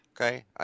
Okay